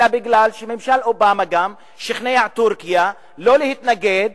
אלא כי ממשל אובמה גם שכנע את טורקיה לא להתנגד,